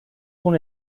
qu’on